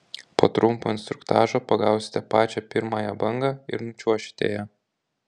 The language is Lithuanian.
po trumpo instruktažo pagausite pačią pirmąją bangą ir nučiuošite ja